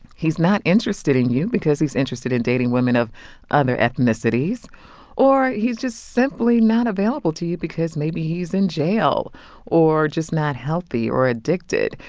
he's not interested in you because he's interested in dating women of other ethnicities or he's just simply not available to you because maybe he's in jail or just not healthy or addicted.